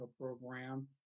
program